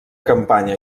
campanya